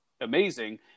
amazing